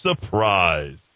surprise